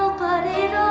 ah but